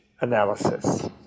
analysis